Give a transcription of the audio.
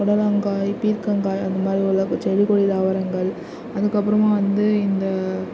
புடலங்காய் பீர்க்கங்காய் அந்த மாரி உள்ள செடி கொடி தாவரங்கள் அதுக்கு அப்புறமா வந்து இந்த